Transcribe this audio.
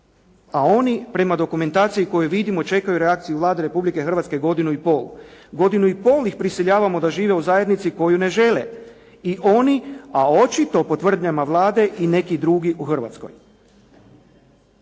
A oni prema dokumentaciji koju vidimo čekaju reakciju Vlade Republike Hrvatske godinu i pol. Godinu i pol ih prisiljavamo da žive u zajednici koju ne žele i oni, a očito po tvrdnjama Vlade i nekih drugih u Hrvatskoj.